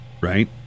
right